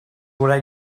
were